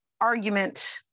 argument